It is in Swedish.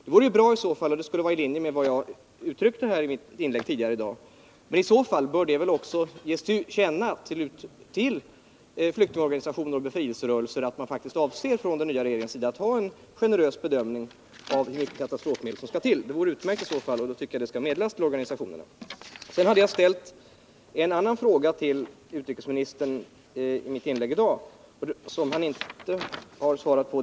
Det vore i så fall bra; det skulle vara i linje med vad jag uttryckte i mitt inlägg tidigare i dag. Men i så fall bör det väl också ges till känna för flyktingorganisationer och befrielserörelser att den nya regeringen faktiskt avser att göra en generös bedömning av användningen av katastrofmedel. Jag ställde i mitt inlägg en annan fråga till utrikesministern som han inte har svarat på.